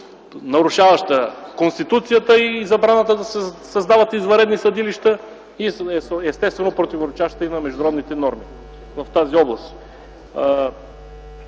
нарушаващо Конституцията и забраната да се създават извънредни съдилища, и естествено, противоречащо на международните норми в тази област.